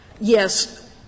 Yes